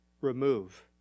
Remove